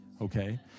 okay